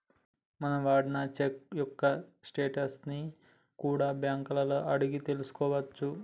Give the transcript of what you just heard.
మనం వాడిన చెక్కు యొక్క స్టేటస్ ని కూడా బ్యేంకులలో అడిగి తెల్సుకోవచ్చు